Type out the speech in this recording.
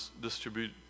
distribute